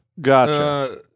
Gotcha